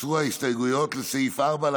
הוסרו ההסתייגויות לסעיף 4,